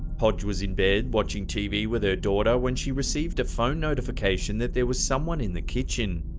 hodge was in bed watching tv with her daughter, when she received a phone notification that there was someone in the kitchen.